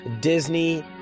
Disney